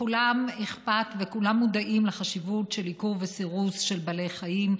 לכולם אכפת וכולם מודעים לחשיבות של עיקור וסירוס של בעלי חיים,